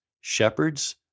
shepherds